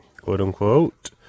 quote-unquote